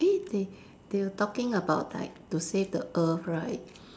eh they they were talking about like to save the earth right